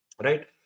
right